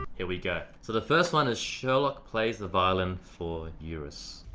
here we go. so, the first one is sherlock plays the violin for eurus.